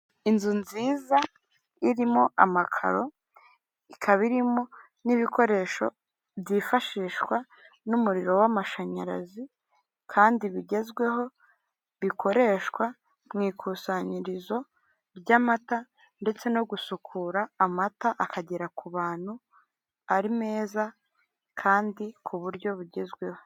Inzu nziza irimo amakaro ikaba irimo n'ibikoresho byifashishwa n'umuriro w'amashanyarazi kandi bigezweho, bikoreshwa mu ikusanyirizo ry'amata, ndetse no gusukura amata akagera ku bantu ari meza kandi ku buryo bugezweho.